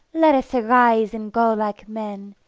let us arise and go like men,